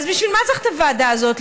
אז בשביל מה צריך את הוועדה הזאת?